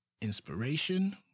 inspiration